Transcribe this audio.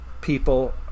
people